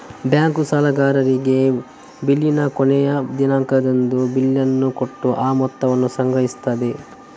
bank ಸಾಲಗಾರರಿಗೆ ಬಿಲ್ಲಿನ ಕೊನೆಯ ದಿನಾಂಕದಂದು ಬಿಲ್ಲನ್ನ ಕೊಟ್ಟು ಆ ಮೊತ್ತವನ್ನ ಸಂಗ್ರಹಿಸ್ತದೆ